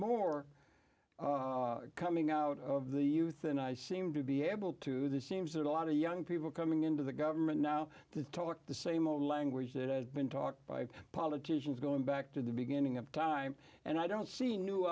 more coming out of the youth and i seem to be able to this seems that a lot of young people coming into the government now to talk the same old language that had been talked by politicians going back to the beginning of time and i don't see new